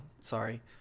sorry